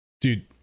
Dude